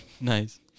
Nice